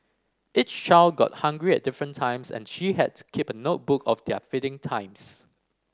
each child got hungry at different times and she had to keep a notebook of their feeding times